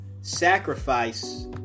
sacrifice